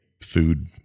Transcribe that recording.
food